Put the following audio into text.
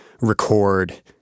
record